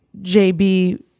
JB